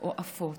או עפות.